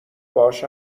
باهاش